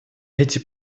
эти